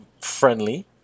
friendly